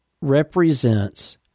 represents